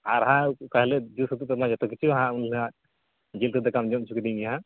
ᱟᱨ ᱦᱟᱸᱜ ᱚᱠᱟ ᱦᱤᱞᱳᱜ ᱡᱩᱛ ᱥᱟᱹᱛᱚᱜ ᱛᱟᱢᱟ ᱡᱚᱛᱚ ᱠᱤᱪᱷᱩ ᱦᱟᱸᱜ ᱩᱱᱦᱤᱞᱳᱜ ᱦᱟᱸᱜ ᱡᱤᱞ ᱩᱛᱩ ᱫᱟᱠᱟᱢ ᱡᱚᱢ ᱚᱪᱚ ᱠᱤᱫᱤᱧ ᱜᱮ ᱦᱟᱸᱜ